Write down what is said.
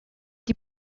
die